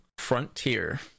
Frontier